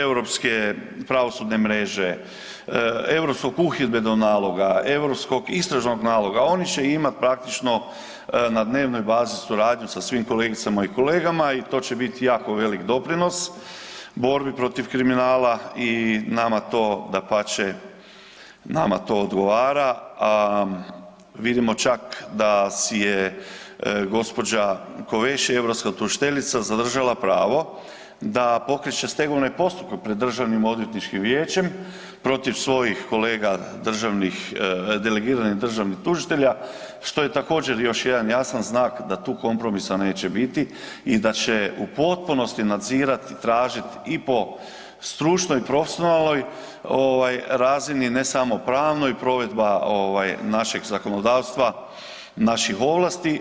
europske pravosudne mreže, europskog uhidbenog naloga, europskog istražnog naloga oni će imati praktično na dnevnoj bazi suradnji sa svim kolegicama i kolega i to će biti jako velik doprinos borbi protiv kriminala i nama to dapače nama to odgovara, a vidimo čak da si je gospođa Kovesi eurupska tužiteljica zadržala pravo da pokreće stegovne postupke pred državnim odvjetničkim vijećem protiv svojih kolega delegiranih državnih tužitelja što je također još jedan jasan znak da tu kompromisa neće biti i da će u potpunosti nadzirati, tražiti i po stručnoj i profesionalnoj razini, ne samo pravnoj provedba našeg zakonodavstva, naših ovlasti.